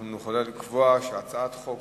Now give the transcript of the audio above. להעביר את הצעת חוק